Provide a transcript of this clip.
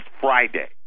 friday